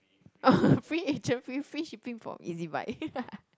free agent fee free shipping from Easybuy